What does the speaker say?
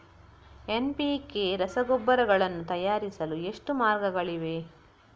NPK ರಸಗೊಬ್ಬರಗಳನ್ನು ತಯಾರಿಸಲು ಎಷ್ಟು ಮಾರ್ಗಗಳಿವೆ?